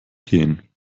gehen